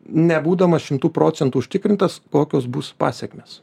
nebūdamas šimtu procentų užtikrintas kokios bus pasekmės